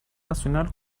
nacional